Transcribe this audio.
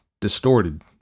distorted